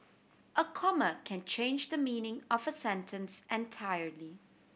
a comma can change the meaning of a sentence entirely